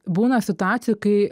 būna situacijų kai